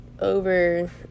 over